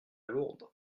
lourdes